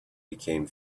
became